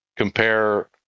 Compare